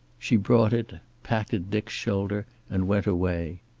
she brought it, patted dick's shoulder, and went away.